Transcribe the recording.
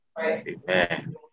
Amen